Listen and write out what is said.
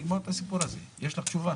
יש לך תשובה?